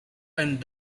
and